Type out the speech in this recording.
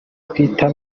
twita